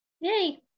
Yay